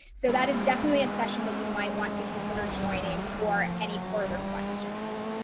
so that is definitely a session that you might want to consider joining for any further questions.